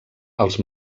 els